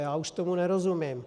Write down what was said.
Já už tomu nerozumím.